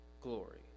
glory